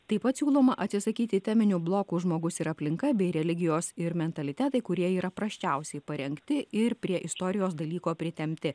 taip pat siūloma atsisakyti teminių blokų žmogus ir aplinka bei religijos ir mentalitetai kurie yra prasčiausiai parengti ir prie istorijos dalyko pritempti